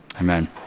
Amen